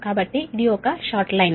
కాబట్టి ఇది ఒక షార్ట్ లైన్